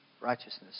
righteousness